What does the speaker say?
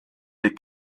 des